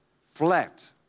flat